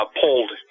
pulled